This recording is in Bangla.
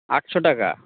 আটশো টাকা